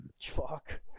Fuck